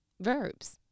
verbs